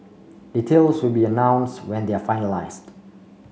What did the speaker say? details will be announce when they are finalised